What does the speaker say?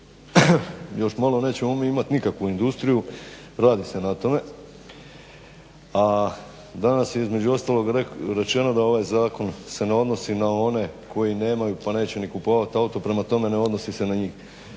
Još malo nećemo mi imati nikakvu industriju, radi se na tome, a danas je između ostalog rečeno da ovaj zakon se ne odnosi na one koji nemaju pa neće ni kupovati auto, prema tome ne odnosi se na njih.